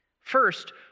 First